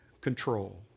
control